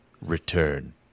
return